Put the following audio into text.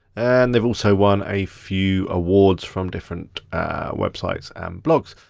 and they've also won a few awards from different websites and blogs.